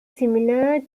similar